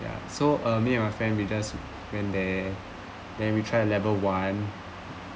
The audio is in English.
ya so uh me and my family we just went there then we try the level one